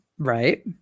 Right